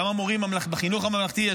כמה מורים כאלה יש בחינוך הממלכתי.